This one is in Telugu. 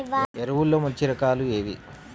ఎరువుల్లో మంచి రకాలు ఏవి?